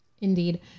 Indeed